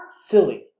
silly